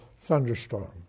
thunderstorm